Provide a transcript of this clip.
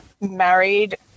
married